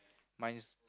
mine is